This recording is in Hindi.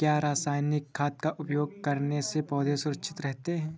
क्या रसायनिक खाद का उपयोग करने से पौधे सुरक्षित रहते हैं?